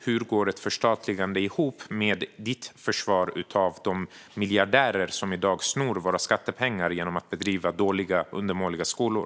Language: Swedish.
Hur går ett förstatligande ihop med ditt försvar av de miljardärer som i dag snor våra skattepengar genom att driva dåliga och undermåliga skolor?